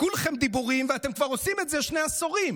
כולכם דיבורים, ואתם כבר עושים את זה שני עשורים.